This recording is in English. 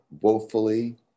woefully